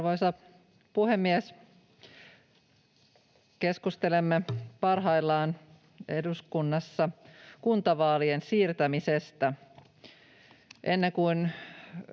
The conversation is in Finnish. Arvoisa puhemies! Keskustelemme eduskunnassa parhaillaan kuntavaalien siirtämisestä.